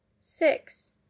six